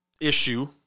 issue